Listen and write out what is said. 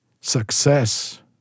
success